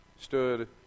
stood